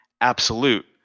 absolute